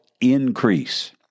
increase